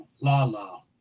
Lala